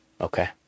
okay